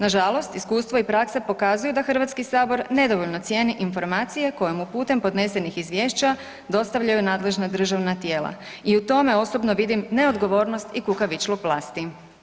Nažalost, iskustvo i praksa pokazuju da HS nedovoljno cijeni informacije koje mu putem podnesenih izvješća dostavljaju nadležna državna tijela i u tome osobno vidim neodgovornost i kukavičluk vlasti.